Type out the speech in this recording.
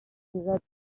حقیقت